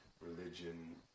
religion